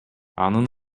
анын